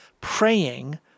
praying